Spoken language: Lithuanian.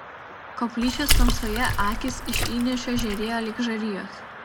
koplyčios tamsoje akys iš įniršio žėrėjo lyg žarijos